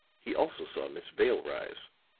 he also saw miss vale rise,